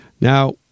Now